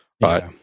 Right